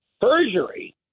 perjury